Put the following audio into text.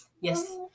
Yes